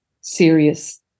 serious